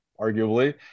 arguably—